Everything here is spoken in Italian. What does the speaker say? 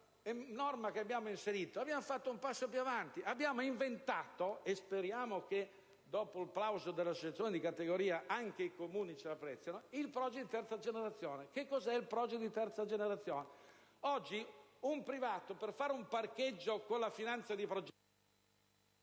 questo provvedimento abbiamo fatto un passo avanti, abbiamo inventato - e speriamo che dopo il plauso delle associazioni di categoria anche i Comuni lo apprezzino - il *project* di terza generazione. Che cosa è il *project* di terza generazione? Oggi un privato per realizzare un parcheggio con la finanza di progetto